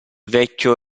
vecchio